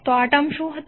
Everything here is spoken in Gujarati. તો આ ટર્મ શું હતી